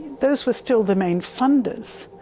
those were still the main funders,